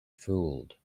fooled